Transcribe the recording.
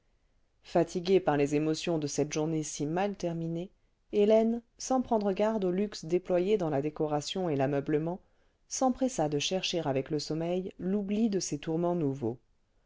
fatiguée par les émotions de cette journée si mal terminée hélène sans prendre garde au luxe déployé clans la décoration et l'ameublement s'empressa de chercher avec le sommeil l'oubli de ses tourments nouveaux